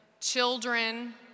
children